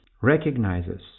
recognizes